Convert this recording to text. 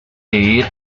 dividir